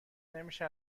نمیشه